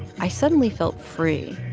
i suddenly felt free.